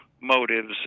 motives